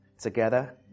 together